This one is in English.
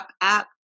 app